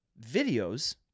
videos